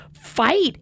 fight